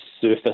surface